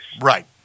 Right